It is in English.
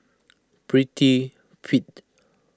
Prettyfit